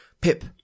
Pip